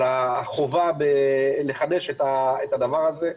על החובה לחדש את הדבר הזה.